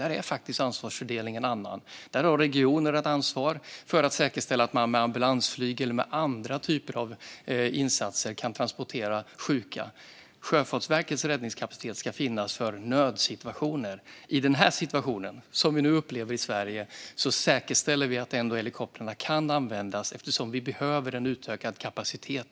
Där är ansvarsfördelningen en annan. Regionerna har ansvar för att säkerställa att man kan transportera sjuka med ambulansflyg eller andra typer av insatser. Sjöfartsverkets räddningskapacitet ska finnas för nödsituationer. I den situation som vi nu upplever i Sverige säkerställer vi att helikoptrarna ändå kan användas, eftersom vi behöver en utökad kapacitet.